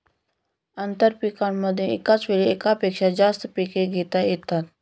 आंतरपीकांमध्ये एकाच वेळी एकापेक्षा जास्त पिके घेता येतात